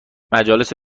مجالس